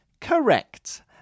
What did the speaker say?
Correct